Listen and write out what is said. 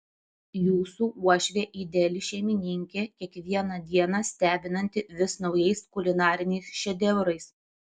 jūsų uošvė ideali šeimininkė kiekvieną dieną stebinanti vis naujais kulinariniais šedevrais